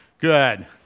Good